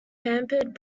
hampered